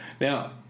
Now